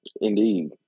Indeed